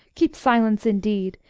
keep silence indeed!